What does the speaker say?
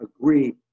agree